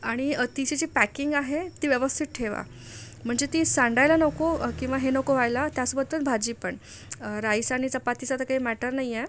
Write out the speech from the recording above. आणि तिचे जे पॅकिंग आहे ते व्यवस्थित ठेवा म्हणजे ती सांडायला नको किंवा हे नको व्हायला त्याचबद्दल भाजीपण राईस आणि चपातीचा तर काही मॅटर नाहीये